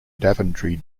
daventry